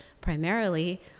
primarily